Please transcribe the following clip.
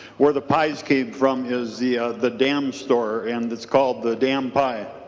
where the pies came from is yeah the dance store and it's called the dan's pipe.